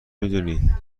میدونی